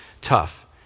tough